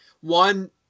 One